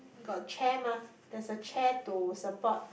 got chair mah there's a chair to support